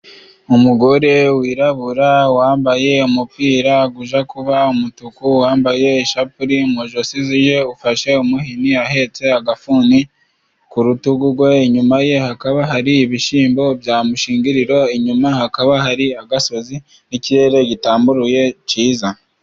Umugore wirabura wambaye umupira ujya kuba umutuku, wambaye ishapure mu ijosi rye, ufashe umuhini, ahetse agafuni ku rutugu, inyuma ye hakaba hari ibishyimbo bya mushingiriro, inyuma hakaba hari agasozi n'ikirere gitamburuye cyiza.